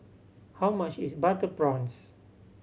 how much is butter prawns